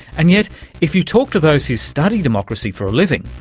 and yet if you talk to those who study democracy for a living,